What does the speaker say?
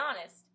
honest